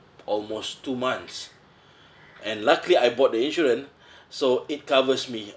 almost two months and luckily I brought the insurance so it covers me